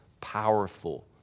powerful